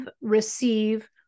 receive